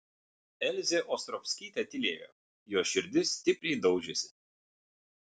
elzė ostrovskytė tylėjo jos širdis stipriai daužėsi